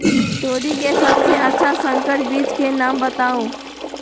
तोरी के सबसे अच्छा संकर बीज के नाम बताऊ?